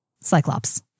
Cyclops